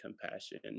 compassion